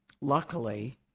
luckily